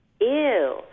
ew